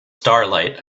starlight